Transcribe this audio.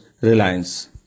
Reliance